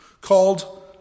called